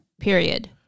period